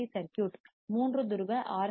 C circuit மூன்று துருவ R